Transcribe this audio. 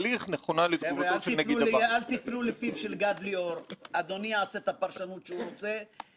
כאן עבודה מעמיקה מן השורה הראשונה וראוי שתצא תגובה